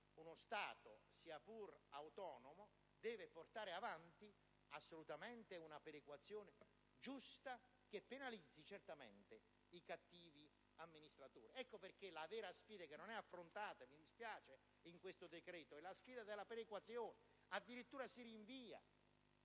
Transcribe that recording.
Uno Stato, sia pur autonomo, deve portare avanti una perequazione giusta che penalizzi, certamente, i cattivi amministratori. Ecco perché la vera sfida, che non è affrontata ‑ e me ne dispiace ‑ in questo decreto, è la sfida della perequazione. Addirittura, essa